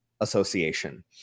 association